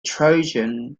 trojan